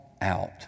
out